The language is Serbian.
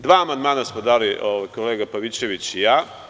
Dva amandmana smo dali kolega Pavićević i ja.